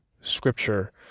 Scripture